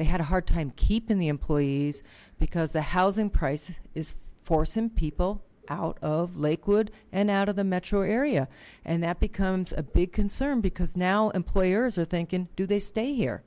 they had a hard time keeping the employees because the housing price is forcing people out of lakewood and out of the metro area and that becomes a big concern because now employers are thinking do they stay here